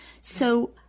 So-